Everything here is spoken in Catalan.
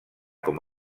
com